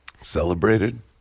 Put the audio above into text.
celebrated